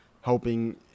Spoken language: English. helping